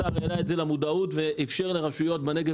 השר העלה את זה למודעות ואפשר לרשויות בנגב